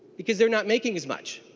because they are not making as much.